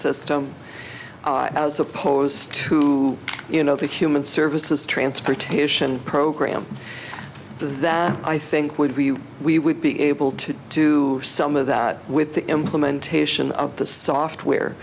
system as opposed to you know the human services transportation program that i think would be we would be able to do some of that with the implementation of the software